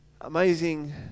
amazing